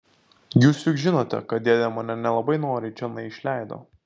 jūs juk žinote kad dėdė mane nelabai noriai čionai išleido